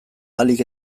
ahalik